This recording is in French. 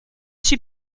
suis